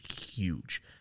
huge